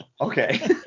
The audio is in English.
Okay